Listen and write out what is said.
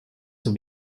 zur